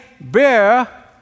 bear